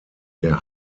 der